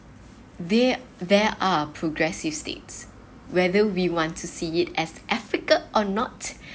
they're they are progressive states whether we want to see it as africa or not